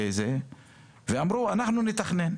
ואמרו שהם יתכננו.